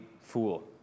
fool